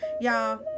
Y'all